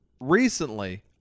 Recently